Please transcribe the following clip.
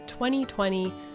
2020